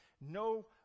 No